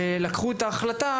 שלקחו את ההחלטה